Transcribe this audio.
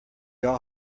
all